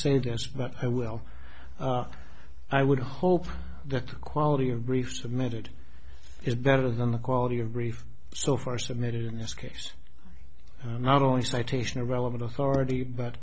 say this but i will i would hope the quality of briefs submitted is better than the quality of brief so far submitted in this case not only citation of relevant authority but